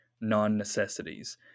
non-necessities